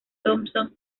thompson